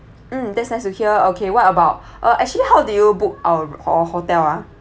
mm that's nice to hear okay what about uh actually how did you book our uh hotel ah